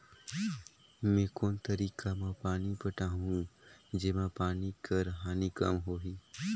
मैं कोन तरीका म पानी पटाहूं जेमा पानी कर हानि कम होही?